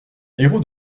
hérault